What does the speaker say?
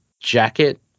Jacket